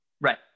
Right